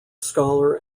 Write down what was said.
scholar